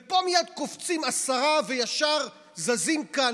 ופה מייד קופצים עשרה וישר זזים כאן